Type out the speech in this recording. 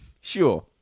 Sure